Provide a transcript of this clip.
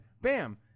Bam